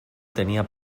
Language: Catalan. tenia